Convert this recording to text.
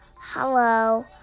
Hello